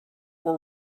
were